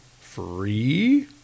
Free